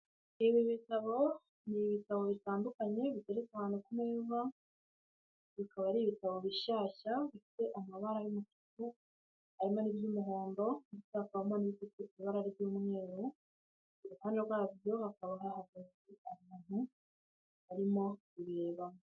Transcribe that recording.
Ibi bitabo ni ibitabo bitandukanye biteretse ahantu ku meza, bikaba ari ibitabo bishyashya bifite amabara y'umutuku harimo n'iby'umuhondo ndetse hakabamo n'ibifite ibara ry'umweru, uruhande rwabyo hakaba hahagaze umuntu arimo kubreba.